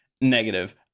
negative